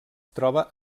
troba